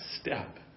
step